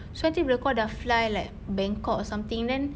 so I think kalau kau sudah fly bangkok or something then